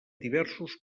diversos